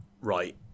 right